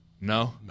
No